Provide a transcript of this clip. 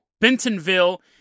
Bentonville